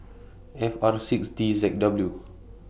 F R six D Z W